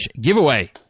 giveaway